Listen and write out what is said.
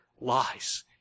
lies